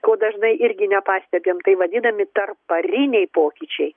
ko dažnai irgi nepastebim tai vadinami tarp pariniai pokyčiai